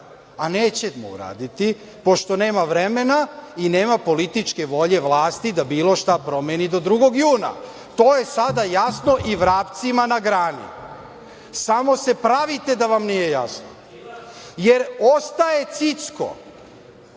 a nećemo uraditi pošto nema vremena i nema političke volje vlasti da bilo šta promeni do 2. juna. To je sada jasno i vrapcima na grani. Samo se pravite da vam nije jasno, jer ostaje Cicko?